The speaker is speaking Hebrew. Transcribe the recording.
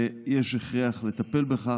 יש הכרח לטפל בכך.